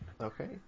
Okay